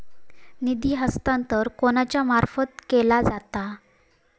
निधी हस्तांतरण कोणाच्या मार्फत केला जाता?